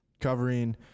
covering